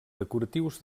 decoratius